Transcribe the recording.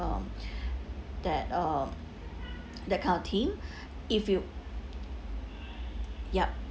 um that uh that kind of theme if you yup